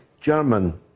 German